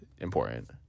important